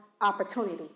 opportunity